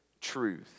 truth